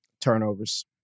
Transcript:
Turnovers